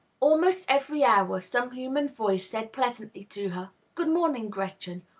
almost every hour some human voice said pleasantly to her, good-morning, gretchen,